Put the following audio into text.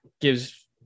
Gives